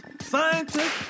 scientists